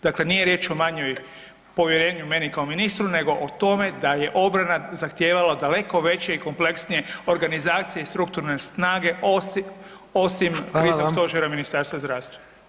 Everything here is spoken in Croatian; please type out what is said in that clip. Dakle, nije riječ o manjoj povjerenju mene kao ministru nego o tome da je obrana zahtijevala daleko veće i kompleksnije organizacije i strukturne snage osim [[Upadica: Hvala vam.]] osim Kriznog stožera Ministarstva zdravstva.